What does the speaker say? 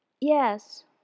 Yes